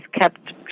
kept